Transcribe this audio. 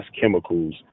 chemicals